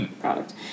product